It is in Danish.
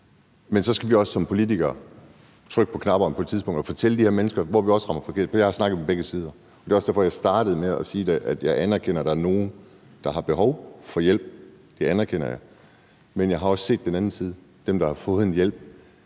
men så skal vi også som politikere på et tidspunkt række hånden op og fortælle de her mennesker, at der også bliver ramt forkert. Jeg har snakket med folk på begge sider, og det var også derfor, jeg startede med at sige, at jeg anerkender, at der er nogle, der har behov for hjælp – det anerkender jeg – men at jeg også har set den anden side af det, altså folk, der har fået den hjælp,